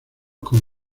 con